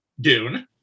Dune